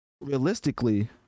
realistically